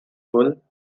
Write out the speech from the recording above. pool